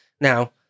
Now